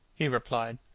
he replied,